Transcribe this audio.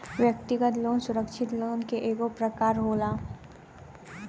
व्यक्तिगत लोन सुरक्षित लोन के एगो प्रकार होला